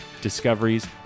discoveries